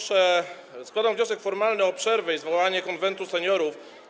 Składam wniosek formalny o przerwę i zwołanie Konwentu Seniorów.